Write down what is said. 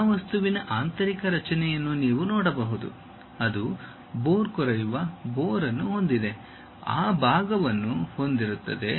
ಈ ವಸ್ತುವಿನ ಆಂತರಿಕ ರಚನೆಯನ್ನು ನೀವು ನೋಡಬಹುದು ಅದು ಬೋರ್ ಕೊರೆಯುವ ಬೋರ್ ಅನ್ನು ಹೊಂದಿದೆ ಆ ಭಾಗವನ್ನು ಹೊಂದಿರುತ್ತದೆ